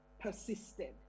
persisted